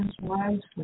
wisely